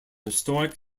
historic